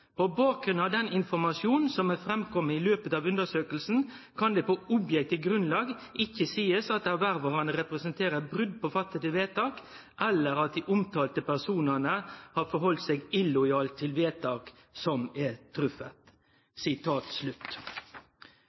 på disse. På bakgrunn av den informasjon som er fremkommet i løpet av undersøkelsen kan det på objektivt grunnlag ikke sies at ervervene representerer brudd med fattede vedtak, eller at de omtalte personene har forholdt seg illojalt til vedtak som er truffet.